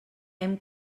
hem